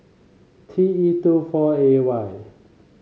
T E two four A Y